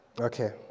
Okay